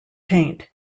paint